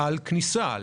על כניסה.